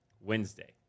Wednesday